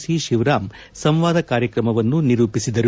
C Shivaram ಸಂವಾದ ಕಾರ್ಕ್ರಮವನ್ನು ನಿರೂಪಿಸಿದರು